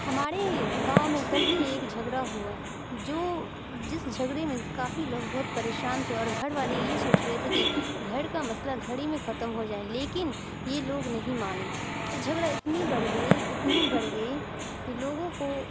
ہمارے گاؤں میں کل ہی ایک جھگڑا ہوا جو جس جھگڑے میں کافی لوگ بہت پریشان تھے اور گھر والے یہ سوچ رہے تھے کہ گھر کا مسئلہ گھر ہی میں ختم ہو جائے لیکن یہ لوگ نہیں مانے تو جھگڑا اتنی بڑھ گئی اتنی بڑھ گئی کہ لوگوں کو